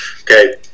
okay